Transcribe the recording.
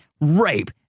rape